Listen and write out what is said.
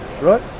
right